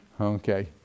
okay